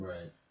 Right